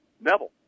Neville